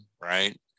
right